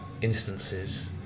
instances